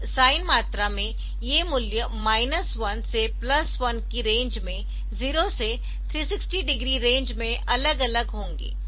अब साइन मात्रा में ये मूल्य माइनस 1 से प्लस 1 की रेंज में 0 से 360 डिग्री रेंज में अलग अलग होंगे